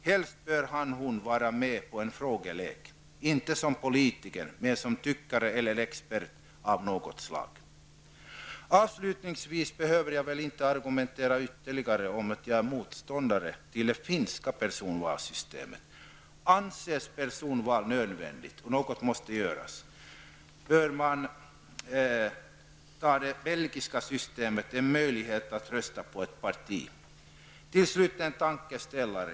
Helst bör kandidaten vara med i en frågelek, inte som politiker, som tyckare eller expert av något slag. Jag behöver inte ytterligare argumentera för att jag är motståndare till det finska personalvalssystemet. Anses personalval nödvändigt -- och något måste göras -- bör man använda det belgiska systemet med möjlighet att rösta på ett parti. Till slut en tankeställare.